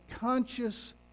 conscious